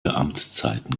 amtszeiten